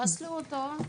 פסלו אותו.